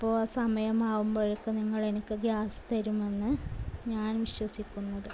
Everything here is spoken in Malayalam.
അപ്പോൾ ആ സമയം ആകുമ്പോഴേക്ക് നിങ്ങൾ എനിക്ക് ഗ്യാസ് തരുമെന്ന് ഞാൻ വിശ്വസിക്കുന്നത്